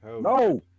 No